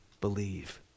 believe